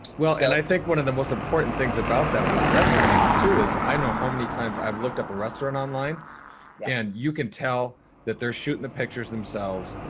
well and i think one of the most important things about that with restaurants too is i know how many times i've looked up a restaurant online and you can tell that they're shooting the pictures themselves.